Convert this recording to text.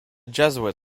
jesuit